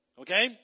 okay